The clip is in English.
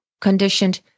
conditioned